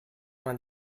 vingt